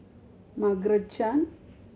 Margaret Chan